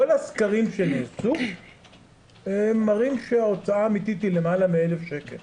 כל הסקרים שיצאו מראים שההוצאה האמיתית היא למעלה מ-1,000 שקל.